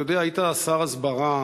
אתה יודע, היית שר ההסברה,